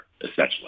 essentially